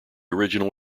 original